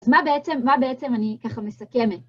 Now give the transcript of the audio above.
אז מה בעצם, מה בעצם אני ככה מסכמת?